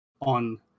on